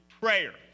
prayer